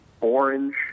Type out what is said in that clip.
orange